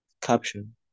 Caption